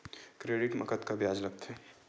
Credit मा कतका ब्याज लगथे?